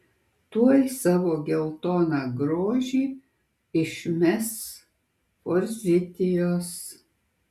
tuoj savo geltoną grožį išmes forzitijos